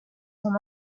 son